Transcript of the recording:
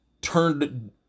turned